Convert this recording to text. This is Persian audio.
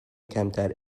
کمتر